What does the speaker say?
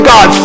God